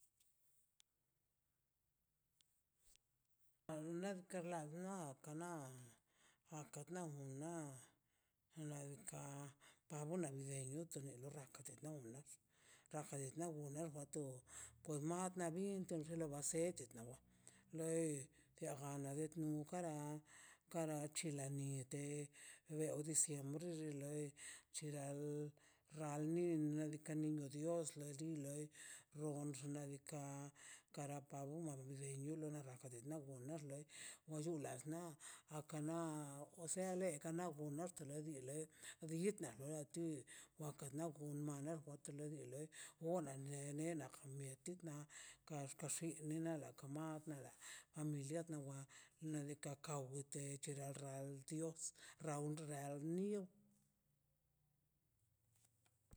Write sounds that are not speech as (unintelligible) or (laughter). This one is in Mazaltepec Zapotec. Ar naka na kanan akanan kana ladika pabona dzeicho (unintelligible) pues nat na bin chon dolo ba sedcho nawa loi dia jiana lo det nun kara kara chilanite de beo diciembre xixo loi chiral nin kara ki niño dios lo di loi roon xna' diika' kara abona no se (unintelligible) (hesitation) wa llulasna aka na o sea le kanan onandu kalebi le abi yidna waka na gon mala gontele du lei wone ne na mieti na kax kaxi ne la na ta max nada na mi llent no wa nadika ka wite chedalra dios ra onxalni nio